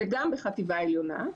וגם בחטיבה עליונה.